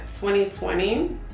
2020